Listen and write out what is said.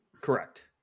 Correct